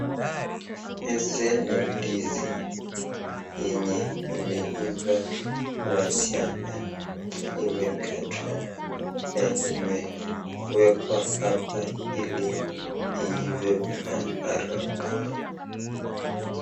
Hizi ni ndizi yenye imeiva kwa shamba, imekatwa na imewekwa hapa ili iive kwa haraka.